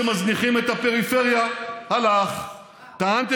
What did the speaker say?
מצפים לבנות כאן חיים חדשים.